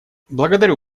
благодарю